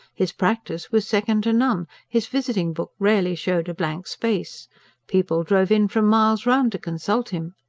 his practice was second to none his visiting-book rarely shewed a blank space people drove in from miles round to consult him.